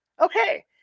okay